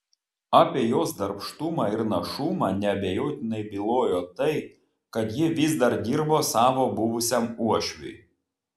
apie jos darbštumą ir našumą neabejotinai bylojo tai kad ji vis dar dirbo savo buvusiam uošviui